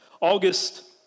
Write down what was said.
August